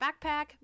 backpack